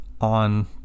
on